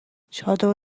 چادر